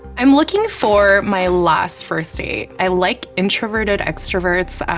i'm looking for my last first date. i like introverted extroverts,